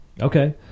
okay